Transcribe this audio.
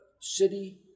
city